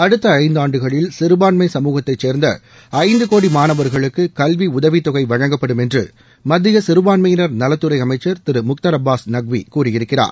அடுத்த ஐந்தாண்டுகளில் சிறுபான்மை சமூகத்தைச் சேர்ந்த ஐந்து கோடி மாணவர்களுக்கு கல்வி உதவித் தொகை வழங்கப்படும் என்று மத்திய சிறுபான்மையினர் நலத்துறை அமைச்சர் திரு முக்தார் அப்பாஸ் நக்வி கூறியிருக்கிறார்